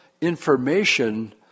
information